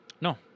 No